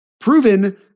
proven